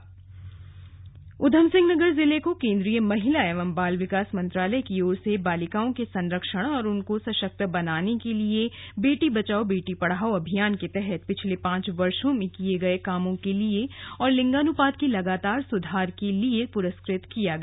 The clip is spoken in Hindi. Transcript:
बेटी बचाओ बेटी पढ़ाओ ऊधमसिंह नगर जिले को केंद्रीय महिला एवं बाल विकास मंत्रालय की ओर से बालिकाओं के संरक्षण और उनको सशक्त करने के लिये बेटी बचाओ बेटी पढ़ाओ अभियान के तहत पिछले पांच वर्षो में किये गए कामों के लिए और लिंगानुपात की लगातार सुधार के लिए पुस्कृत किया गया